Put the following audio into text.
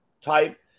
type